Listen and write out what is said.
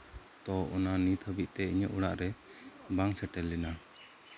ᱚᱱᱟ ᱱᱤᱛ ᱦᱟᱹᱵᱤᱡᱛᱮ ᱤᱧᱟᱹᱜ ᱚᱲᱟᱜᱨᱮ ᱵᱟᱝ ᱥᱮᱴᱮᱨ ᱞᱮᱱᱟ